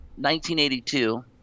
1982